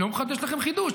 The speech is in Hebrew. אני לא מחדש לכם חידוש,